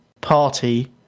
party